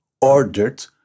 ordered